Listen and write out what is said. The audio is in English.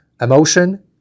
emotion